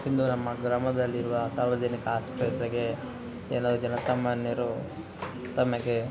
ಇಂದು ನಮ್ಮ ಗ್ರಾಮದಲ್ಲಿರುವ ಸಾರ್ವಜನಿಕ ಆಸ್ಪತ್ರೆಗೆ ಏನು ಜನಸಮಾನ್ಯರು ತಮಗೆ